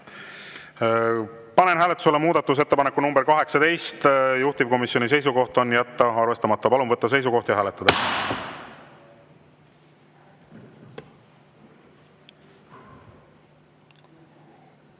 Panen hääletusele muudatusettepaneku nr 14, juhtivkomisjoni seisukoht on jätta arvestamata. Palun võtta seisukoht! Head